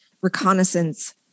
reconnaissance